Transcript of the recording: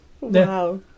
Wow